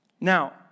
Now